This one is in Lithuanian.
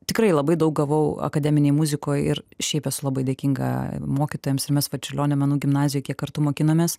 tikrai labai daug gavau akademinėj muzikoj ir šiaip esu labai dėkinga mokytojams ir mes va marčiulionio menų gimnazijoj kiek kartu mokinomės